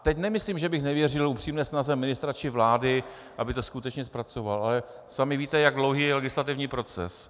Teď nemyslím, že bych nevěřil upřímné snaze ministra či vlády, aby to skutečně zpracovala, ale sami víte, jak dlouhý je legislativní proces.